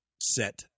set